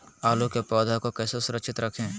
आलू के पौधा को कैसे सुरक्षित रखें?